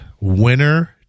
Winner